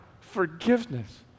forgiveness